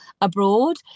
abroad